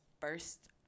first